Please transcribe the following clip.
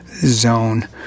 zone